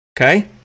okay